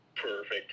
Perfect